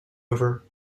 over